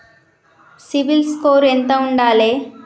CIBIL score ఎంత ఉండాలే?